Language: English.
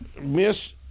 miss